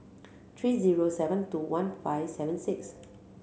three zero seven two one five seven six